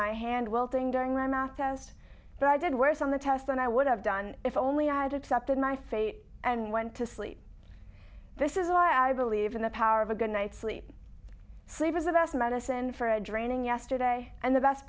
my hand well thing during my math test that i did worse on the test than i would have done if only i had accepted my fate and went to sleep this is why i believe in the power of a good night's sleep sleep is the best medicine for a draining yesterday and the best